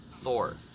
Thor